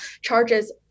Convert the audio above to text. charges